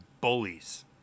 bullies